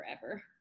forever